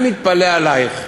אני מתפלא עלייך.